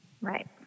right